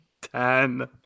Ten